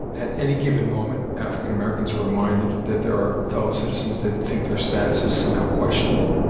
at any given moment, african americans are reminded that there are fellow citizens that think their status is somehow questionable.